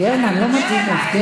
גרמן, לא מתאים לך.